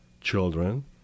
children